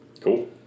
Cool